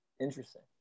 interesting